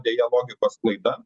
deja logikos klaida